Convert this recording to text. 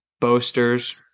boasters